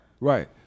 right